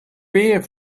beer